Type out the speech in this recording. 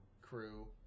crew